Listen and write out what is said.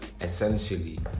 essentially